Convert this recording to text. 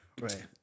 Right